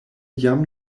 jam